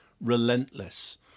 relentless